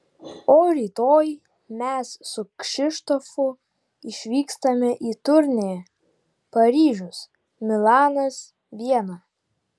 o rytoj mes su kšištofu išvykstame į turnė paryžius milanas viena